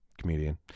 comedian